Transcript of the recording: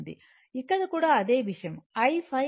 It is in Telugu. ఇక్కడ కూడా అదే విషయం I ϕ